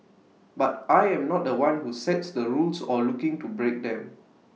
but I am not The One who sets the rules or looking to break them